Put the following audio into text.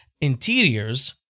interiors